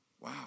Wow